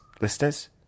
listeners